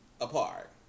apart